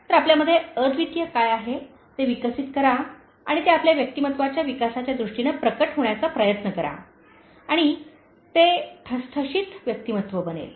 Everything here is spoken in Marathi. तर आपल्यामध्ये अद्वितीय काय आहे ते विकसित करा आणि ते आपल्या व्यक्तिमत्त्वाच्या विकासाच्या दृष्टीने प्रकट होण्याचा प्रयत्न करा आणि ते ठसठशीत व्यक्तिमत्व बनेल